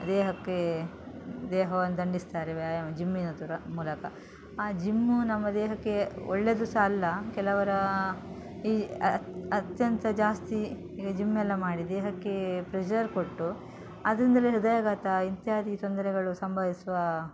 ದೇಹಕ್ಕೆ ದೇಹವನ್ನು ದಂಡಿಸ್ತಾರೆ ವ್ಯಾಯಾಮ ಜಿಮ್ಮಿನಿದರ ಮೂಲಕ ಆ ಜಿಮ್ಮು ನಮ್ಮ ದೇಹಕ್ಕೆ ಒಳ್ಳೆದು ಸಹ ಅಲ್ಲ ಕೆಲವರು ಈ ಅತ್ಯಂತ ಜಾಸ್ತಿ ಈಗ ಜಿಮ್ ಎಲ್ಲ ಮಾಡಿ ದೇಹಕ್ಕೆ ಪ್ರೆಝರ್ ಕೊಟ್ಟು ಅದಂದರೆ ಹೃದಯಾಘಾತ ಇತ್ಯಾದಿ ತೊಂದರೆಗಳು ಸಂಭವಿಸುವ